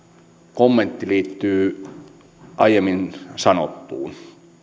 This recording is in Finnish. kommentti liittyy aiemmin sanottuun